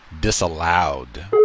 disallowed